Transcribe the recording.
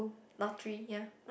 lottery ya